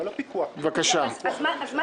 לא, לא פיקוח.